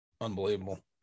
unbelievable